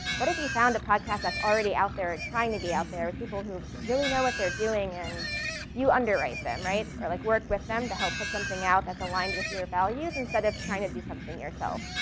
what if he found a podcast that's already out there, trying to be out there with people who really know what they're doing and you underwrite them, right? or like work with them to help put something out that's aligned with your values instead of trying to do something yourself.